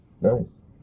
Nice